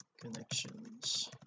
connections